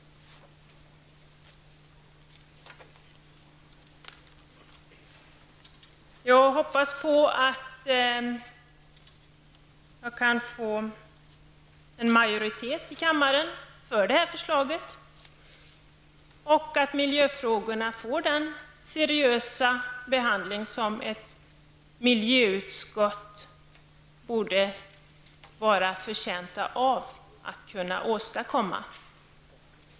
Jag hoppas på att jag kan få en majoritet i kammaren för förslaget och att miljöfrågorna får den seriösa behandling som ett miljöutskott borde vara förtjänt av att kunna åstadkomma.